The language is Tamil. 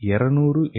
200 என்